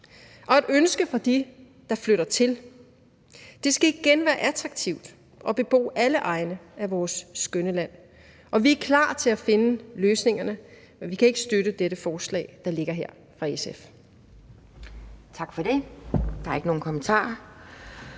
og et ønske fra dem, der flytter til. Det skal igen være attraktivt at bebo alle egne af vores skønne land. Vi er klar til at finde løsningerne, men vi kan ikke støtte dette forslag fra SF, der ligger her. Kl.